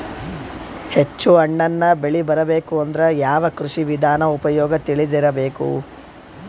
ಹೆಚ್ಚು ಹಣ್ಣನ್ನ ಬೆಳಿ ಬರಬೇಕು ಅಂದ್ರ ಯಾವ ಕೃಷಿ ವಿಧಾನ ಉಪಯೋಗ ತಿಳಿದಿರಬೇಕು?